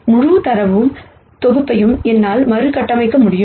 முழு தரவு தொகுப்பையும் என்னால் மறுகட்டமைக்க முடியும்